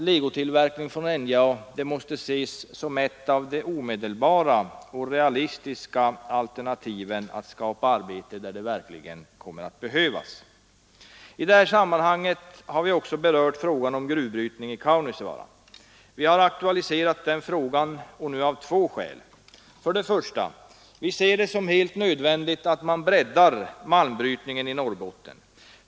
Legotillverkning från NJA måste ses som ett av de omedelbara, realistiska alternativen när det gäller att skapa arbete där det verkligen behövs. I det här sammanhanget berör vi också frågan om gruvbrytning i Kaunisvaara. Vi har aktualiserat den frågan av två skäl. 1. Vi ser det som helt nödvändigt att man breddar malmbrytningen i Norrbotten.